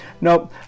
no